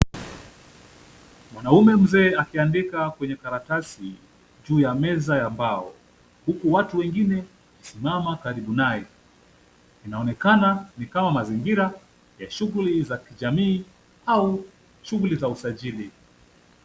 Mwanaume mzee akiandika kwenye karatasi juu ya meza ya mbao, huku watu wengine wakisimama karibu naye. Inaonekana ni kama mazingira ya shughuli za kijamii au shughuli za usajili.